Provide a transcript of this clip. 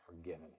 forgiven